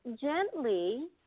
gently